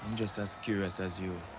just as curious as you.